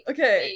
Okay